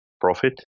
profit